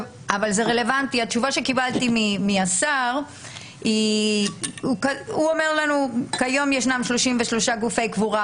התשובה שקיבלתי מהשר היא: כיום ישנם 33 גופי קבורה